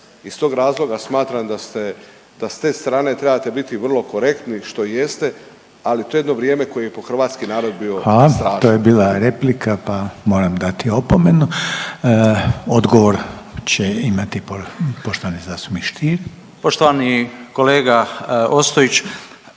i stog razloga smatram da ste, da s te strane trebate biti vrlo korektni što i jeste, ali to je jedno vrijeme koje je po hrvatski narod bilo strašno. **Reiner, Željko (HDZ)** Hvala. To je bila replika, pa moram dati opomenu. Odgovor će imati poštovani zastupnik Stier. **Stier,